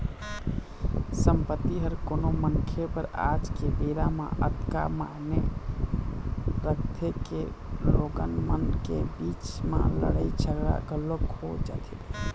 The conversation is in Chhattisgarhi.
संपत्ति ह कोनो मनखे बर आज के बेरा म अतका मायने रखथे के लोगन मन के बीच म लड़ाई झगड़ा घलोक हो जाथे